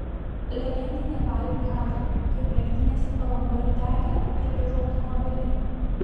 legendiniai avarijų kadrai kaip lenktynėse palangoje degė ir dužo automobiliai